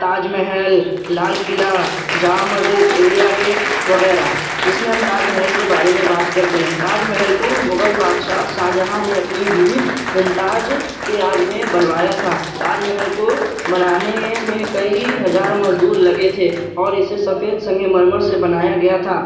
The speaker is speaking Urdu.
تاج محل لال قلعہ جامع مسجد انڈیا گیٹ وغیرہ جس میں ہم تاج محل کے بارے میں بات کرتے ہیں تاج محل کو مغل بادشاہ شاہجہاں نے اپنی بیوی ممتاز کے یاد میں بنوایا تھا تاج محل کو بنانے میں کئی ہزار مزدور لگے تھے اور اسے سفید سنگ مرمر سے بنایا گیا تھا